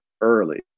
early